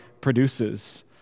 produces